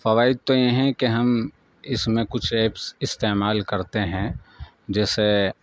فوائد تو یہ ہیں کہ ہم اس میں کچھ ایپس استعمال کرتے ہیں جیسے